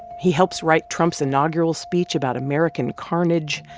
he helps write trump's inaugural speech about american carnage.